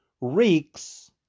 reeks